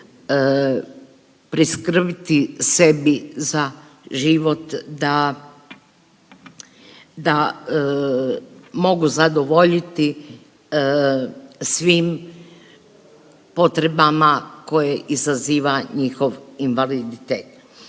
priskrbiti sebi za život da, da mogu zadovoljiti svim potrebama koje izaziva njihov invaliditet.